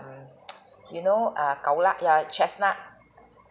mm you know err gao lak lah chestnut